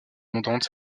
abondantes